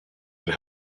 and